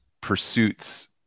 pursuits